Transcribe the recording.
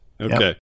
okay